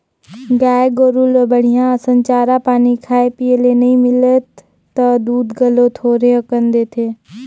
गाय गोरु ल बड़िहा असन चारा पानी खाए पिए ले नइ मिलय त दूद घलो थोरहें अकन देथे